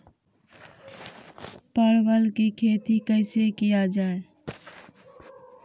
परवल की खेती कैसे किया जाय?